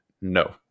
no